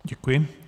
Děkuji.